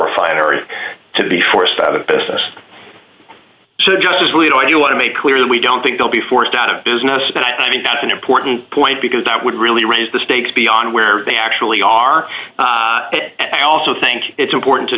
refinery to be forced out of business so just as well you know you want to make clear that we don't think they'll be forced out of business and i mean that's an important point because that would really raise the stakes beyond where they actually are and i also think it's important to